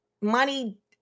money